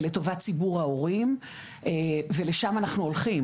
לטובת ציבור ההורים ולשם אנחנו הולכים,